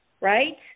Right